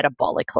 metabolically